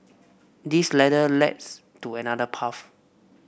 this ladder leads to another path